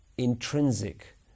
intrinsic